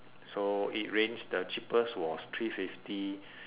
so it range the cheapest was three fifty